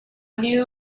knew